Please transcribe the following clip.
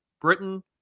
Britain